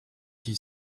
qui